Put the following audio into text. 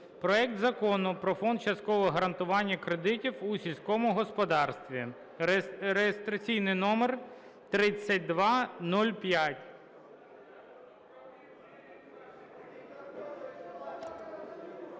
проект Закону про Фонд часткового гарантування кредитів у сільському господарстві (реєстраційний номер 3205)